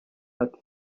ati